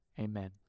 Amen